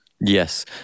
Yes